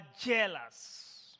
jealous